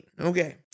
Okay